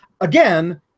Again